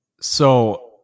So-